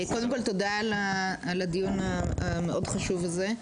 קודם כול, תודה על הדיון המאוד חשוב הזה,